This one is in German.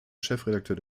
chefredakteur